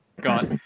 got